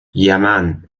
یمن